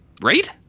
Right